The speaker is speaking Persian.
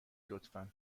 لطفا